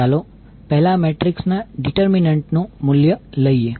ચાલો પહેલા આ મેટ્રિક્સ ના ડિટર્મિનન્ટ નુ મૂલ્ય લઈએ